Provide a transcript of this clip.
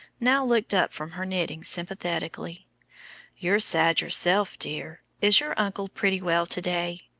now looked up from her knitting sympathetically you're sad yourself, dear. is your uncle pretty well to-day?